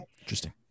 Interesting